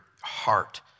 heart